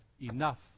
enough